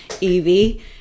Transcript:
Evie